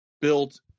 built